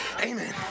Amen